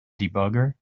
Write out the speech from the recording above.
debugger